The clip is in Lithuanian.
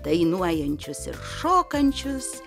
dainuojančius ir šokančius